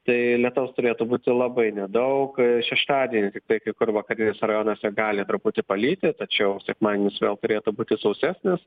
tai lietaus turėtų būti labai nedaug šeštadienį tiktai kai kur vakariniuose rajonuose gali truputį palyti tačiau sekmadienis vėl turėtų būti sausesnis